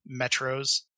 metros